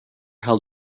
held